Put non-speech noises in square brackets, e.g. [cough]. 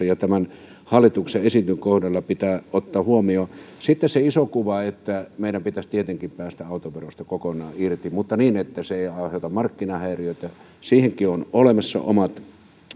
[unintelligible] ja tämän hallituksen esityksen kohdalla pitää ottaa huomioon sitten se iso kuva meidän pitäisi tietenkin päästä autoverosta kokonaan irti mutta niin että se ei aiheuta markkinahäiriöitä siihenkin on olemassa omat